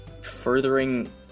furthering